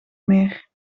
meer